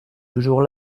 toujours